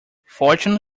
fortune